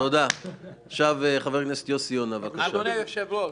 אדוני היושב-ראש,